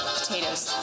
potatoes